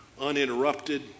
uninterrupted